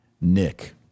Nick